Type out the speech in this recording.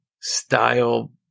style